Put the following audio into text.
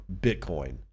Bitcoin